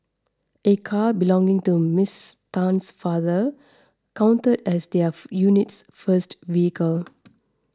a car belonging to Ms Tan's father counted as their unit's first vehicle